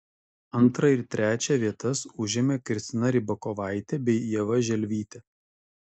antrą ir trečią vietas užėmė kristina rybakovaitė bei ieva želvytė